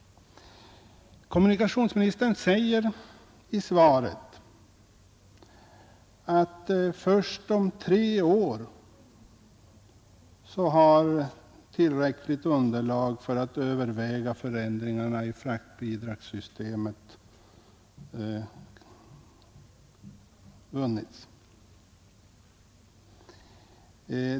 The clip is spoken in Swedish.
Kommunikationsministern säger i svaret att tillräckligt underlag för att överväga förändringar i fraktbidragssystemet kommer att föreligga först om tre år.